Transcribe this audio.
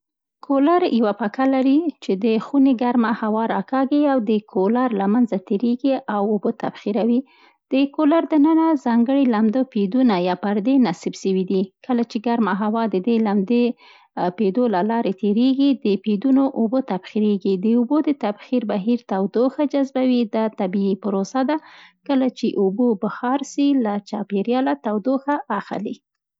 کولر یو پکه لري، چي د خوني ګرم هوا راکاږي او د کولر له منځه تېرېږي او اوبه تبخیرېږي. د کولر دننه ځانګړي لمده "پیډونه" یا پردې نصب سوي وي، کله چي ګرم هوا د دې لمدې پیډونو له لارې تېرېږي، د پیډونو اوبه تبخیرېږي، د اوبو د تبخیر بهیر تودوخه جذبوي. دا طبیعي پروسه ده، کله چي اوبه بخار سي، له چاپېریاله تودوښه اخلي.